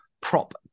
prop